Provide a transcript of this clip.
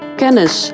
kennis